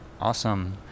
awesome